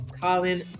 colin